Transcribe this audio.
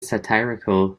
satirical